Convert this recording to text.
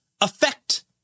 affect